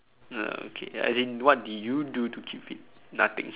oh okay as in what did you do to keep fit nothing